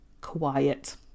quiet